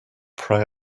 prey